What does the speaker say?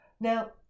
Now